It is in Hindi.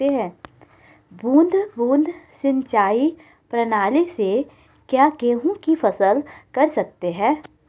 बूंद बूंद सिंचाई प्रणाली से क्या गेहूँ की फसल कर सकते हैं?